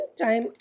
time